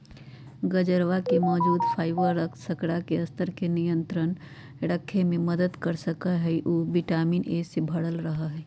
गजरवा में मौजूद फाइबर रक्त शर्करा के स्तर के नियंत्रण रखे में मदद कर सका हई और उ विटामिन ए से भरल रहा हई